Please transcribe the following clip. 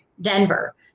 Denver